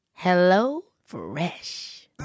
HelloFresh